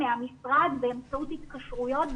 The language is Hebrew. מהמשרד באמצעות התקשרויות,